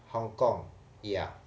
hong kong ya